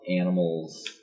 animals